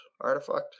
artifact